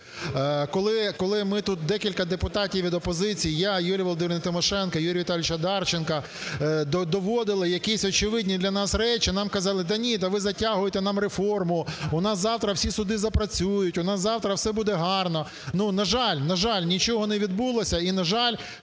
Коли ми тут, декілька депутатів від опозиції: я, Юлія Володимирівна Тимошенко, Юрій Віталійович Одарченко доводили якісь очевидні для нас речі, нам казали: "Та ні! Та ви затягуєте нам реформу. У нас завтра всі суди запрацюють. У нас завтра все буде гарно". Ну, на жаль, на жаль, нічого не відбулося. І, на жаль,